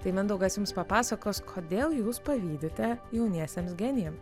tai mindaugas jums papasakos kodėl jūs pavydite jauniesiems genijam